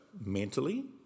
mentally